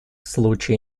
случае